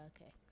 okay